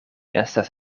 estas